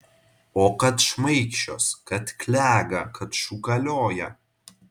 o kad šmaikščios kad klega kad šūkaloja